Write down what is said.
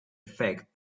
effect